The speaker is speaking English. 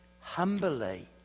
humbly